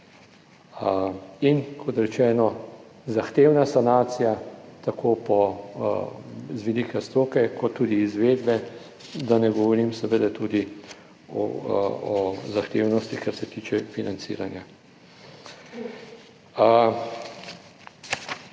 in kot rečeno, zahtevna sanacija, tako po, z vidika stroke kot tudi izvedbe, da ne govorim seveda tudi o zahtevnosti, kar se tiče financiranja.